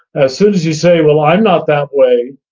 as soon as you say, well, i'm not that way,